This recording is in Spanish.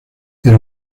era